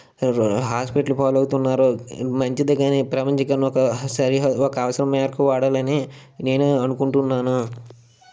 hospital పాలు అవుతున్నారు మంచిదే కానీ ప్రపంచీకరణ ఒక సరిహద్దు ఒక అవసరం మేరకు వాడాలి అని నేను అనుకుంటూ ఉన్నాను